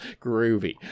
Groovy